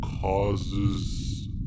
causes